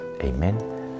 Amen